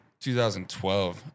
2012